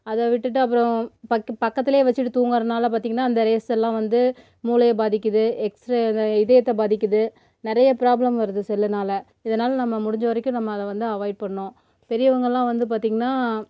அதை விட்டுட்டு அப்புறம் பக் பக்கத்தில் வச்சுட்டு தூங்கிறனால பார்த்தீங்கன்னா அந்த ரேஸெல்லாம் வந்து மூளையை பாதிக்குது எக்ஸ்ரே இந்த இதயத்தை பாதிக்குது நெறைய ப்ராப்ளம் வருது செல்லுனால் இதனால் நம்ம முடிஞ்ச வரைக்கும் நம்ம அதை வந்து அவாய்ட் பண்ணணும் பெரியவங்களெலாம் வந்து பார்த்தீங்கன்னா